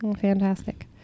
Fantastic